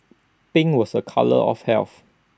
pink was A colour of health